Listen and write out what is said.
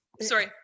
sorry